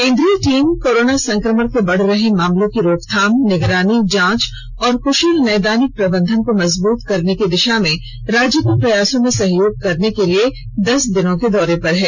केंद्रीय team corona संक्रमण के बढ़ रहे मामलों की रोकथाम निगरानी जांच और क्शल नैदानिक प्रबंधन को मजबूत करने की दिशा में राज्य के प्रयासों में सहयोग करने के लिए दस दिनों के दौरे पर है